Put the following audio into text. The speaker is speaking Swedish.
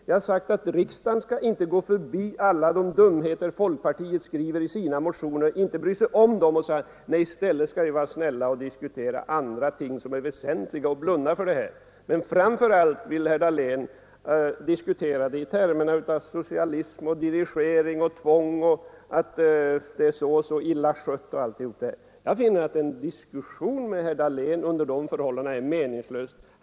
Jag har sagt att riksdagen skall gå förbi alla de dumheter folkpartiet skriver i sina motioner och inte bry sig om dem utan vara vänlig nog att diskutera väsentligare ting. Men framför allt vill herr Dahlén diskutera dessa frågor i termer som socialism, dirigering, tvång, misskötsel osv. Jag finner att en diskussion med herr Dahlén under sådana förhållanden är meningslös.